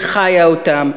וחיה אותם,